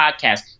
podcast